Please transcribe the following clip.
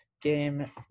game